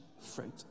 fruit